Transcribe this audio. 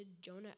Jonah